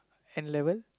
N-level